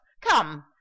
come